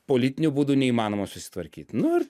politiniu būdu neįmanoma susitvarkyt nu ir